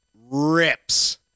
rips